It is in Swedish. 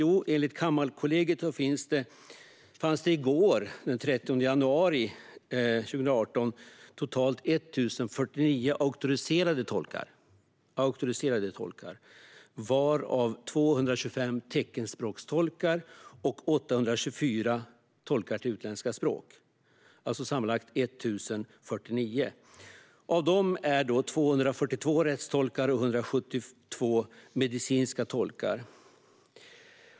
Jo, enligt Kammarkollegiet fanns det i går, den 30 januari 2018, totalt 1 049 auktoriserade tolkar, varav 225 är teckenspråkstolkar och 824 är tolkar för utländska språk. Av dessa är 242 rättstolkar och 172 medicinska tolkar.